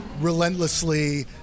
relentlessly